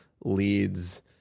leads